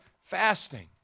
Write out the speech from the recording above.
fasting